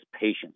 patience